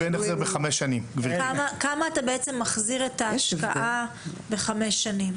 כמה אתה בעצם מחזיר מההשקעה בחמש שנים?